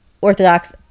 Orthodox